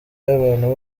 y’abantu